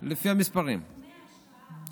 לפי המספרים, נתוני ההשקעה.